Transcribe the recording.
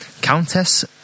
Countess